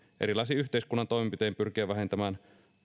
erilaisin yhteiskunnan toimenpitein pyrkiä vähentämään